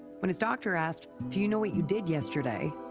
when his doctor asked do you know what you did yesterday,